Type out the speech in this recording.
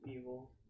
evil